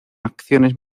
acciones